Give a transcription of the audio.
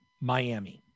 Miami